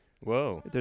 whoa